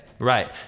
Right